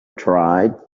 tried